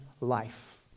life